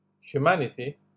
humanity